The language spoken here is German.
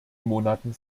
monaten